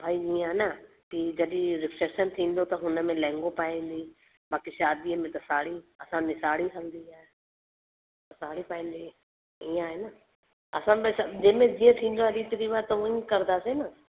भाई ईअं आहे न की जॾहिं रिसेप्शन थींदो त हुनमें लेहंॻो पाईंदी बाक़ी शादीअ में त साड़ी असां में साड़ी हलंदी आहे त साड़ी पाईंदी ईअं आहे न असां में सभु जंहिंमें जीअं थींदो आहे रीति रिवाज त हूअं ई करदासीं न